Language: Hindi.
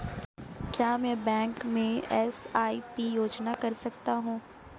क्या मैं बैंक में एस.आई.पी योजना कर सकता हूँ?